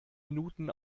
minuten